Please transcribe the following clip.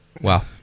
Wow